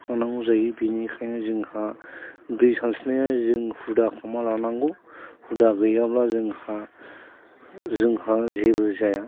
खानांगौ जायो बेनिखायनो जोंहा दै सानस्रिनाया जों हुदा खालामना लानांगौ हुदा गैयाब्ला जोंहा जोंहा जेबो जाया